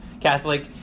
Catholic